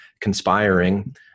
conspiring